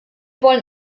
wollen